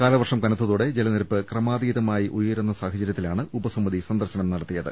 കാലവർഷം കനത്തോടെ ജലനിരപ്പ് ക്രമാതീതമായി ഉയരുന്ന സാഹചര്യത്തിലാണ് ഉപസമിതി സന്ദർശനം നടത്തിയത്